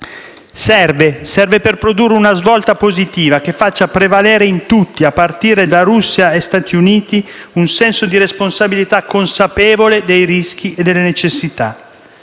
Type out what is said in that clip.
Serve per produrre una svolta positiva che faccia prevalere in tutti, a partire da Russia e Stati Uniti, un senso di responsabilità consapevole dei rischi e delle necessità,